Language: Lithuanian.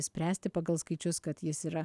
spręsti pagal skaičius kad jis yra